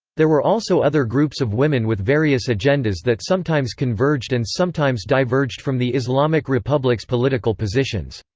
there were also other groups of women with various agendas that sometimes converged and sometimes diverged from the islamic republic's political positions.